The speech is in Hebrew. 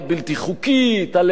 על היעדר אישורים.